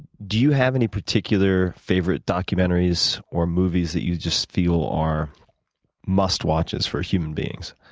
do you have any particular favorite documentaries or movies that you just feel are must watches for human beings?